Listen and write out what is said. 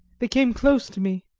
they came close to me,